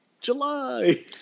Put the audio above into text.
July